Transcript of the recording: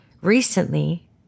Recently